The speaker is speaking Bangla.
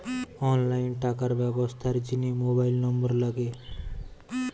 অনলাইন টাকার ব্যবস্থার জিনে মোবাইল নম্বর লাগে